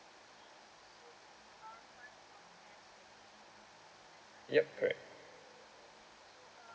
yup correct